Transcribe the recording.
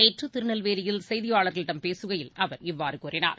நேற்றுதிருநெல்வேலியில் செய்தியாளர்களிடம் பேசுகையில் அவர் இவ்வாறுகூறினார்